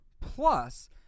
plus